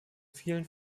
vielen